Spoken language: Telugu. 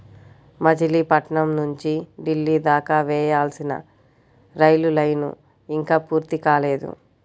మచిలీపట్నం నుంచి ఢిల్లీ దాకా వేయాల్సిన రైలు లైను ఇంకా పూర్తి కాలేదు